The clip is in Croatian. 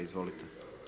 Izvolite.